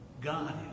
God